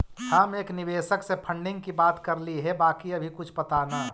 हम एक निवेशक से फंडिंग की बात करली हे बाकी अभी कुछ पता न